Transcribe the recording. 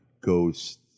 goes